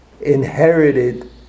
inherited